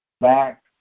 Back